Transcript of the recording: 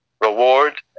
reward